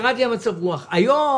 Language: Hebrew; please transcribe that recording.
ההרשמה הייתה עד 10:00 בבוקר ביום ראשון.